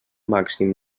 màxim